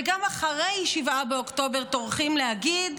וגם אחרי 7 באוקטובר טורחים להגיד: